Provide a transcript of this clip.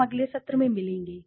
हम अगले सत्र में मिलेंगे